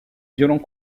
violents